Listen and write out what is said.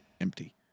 empty